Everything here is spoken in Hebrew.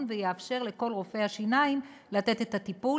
ויאפשר לכל רופאי השיניים לתת את הטיפול,